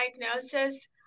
diagnosis